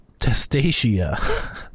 testacea